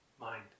mind